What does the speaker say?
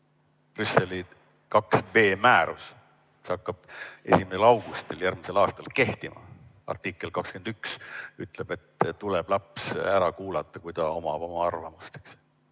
Brüsseli IIb määrus, mis hakkab 1. augustist järgmisel aastal kehtima, artikkel 21 ütleb, et tuleb laps ära kuulata, kui ta omab oma arvamust.